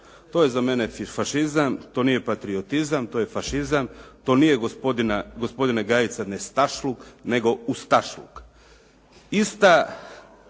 se ne razumije./… to nije patriotizam, to je fašizam, to nije gospodine Gajica nestašluk, nego Ustašluk. Ista